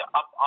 up